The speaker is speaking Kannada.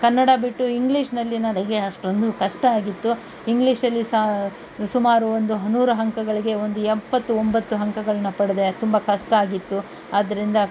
ಕನ್ನಡ ಬಿಟ್ಟು ಇಂಗ್ಲೀಷ್ನಲ್ಲಿ ನನಗೆ ಅಷ್ಟೊಂದು ಕಷ್ಟ ಆಗಿತ್ತು ಇಂಗ್ಲೀಷಲ್ಲಿ ಸ ಸುಮಾರು ಒಂದು ನೂರು ಅಂಕಗಳಿಗೆ ಒಂದು ಎಪ್ಪತ್ತು ಒಂಬತ್ತು ಅಂಕಗಳನ್ನ ಪಡೆದೆ ತುಂಬ ಕಷ್ಟ ಆಗಿತ್ತು ಆದ್ದರಿಂದ